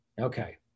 Okay